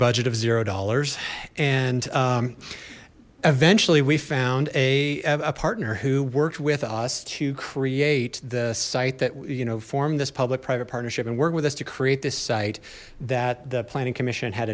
budget of zero dollars and eventually we found a partner who worked with us to create the site that you know formed this public private partnership and work with us to create this site that the planning commission had